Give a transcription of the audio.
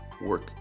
work